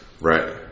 Right